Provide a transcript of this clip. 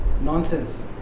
nonsense